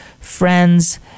friends